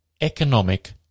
economic